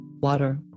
Water